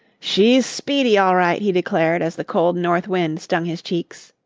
she's speedy, all right, he declared as the cold north wind stung his cheeks.